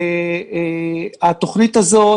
התוכנית הזו,